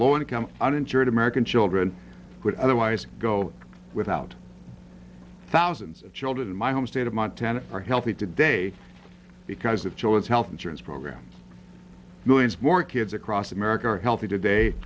low income uninsured american children would otherwise go without thousands of children in my home state of montana are healthy today because of children's health insurance program millions more kids across america are healthy today